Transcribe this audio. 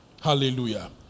hallelujah